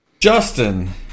Justin